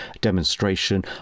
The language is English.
demonstration